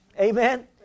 Amen